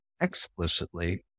explicitly